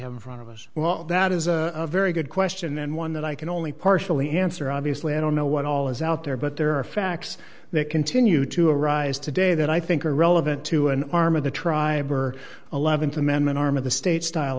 have in front of us well that is a very good question and one that i can only partially answer obviously i don't know what all is out there but there are facts that continue to arise today that i think are relevant to an arm of the tribe or eleventh amendment arm of the state style